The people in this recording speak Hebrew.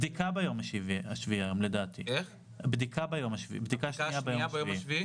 הבדיקה השנייה ביום השביעי.